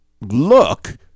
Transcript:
look